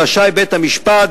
רשאי בית-המשפט,